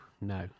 no